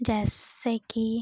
जैसे कि